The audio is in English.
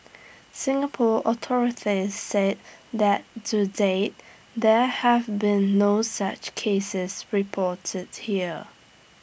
Singapore authorities say that to date there have been no such cases reported here